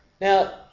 Now